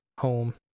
home